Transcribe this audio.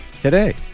today